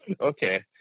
Okay